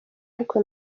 ariko